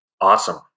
awesome